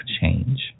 change